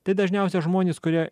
tai dažniausiai žmonės kurie